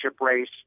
race